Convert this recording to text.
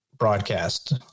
broadcast